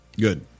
Good